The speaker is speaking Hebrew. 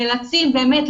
הם נאלצים באמת,